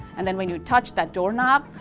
and then when you touch that doorknob,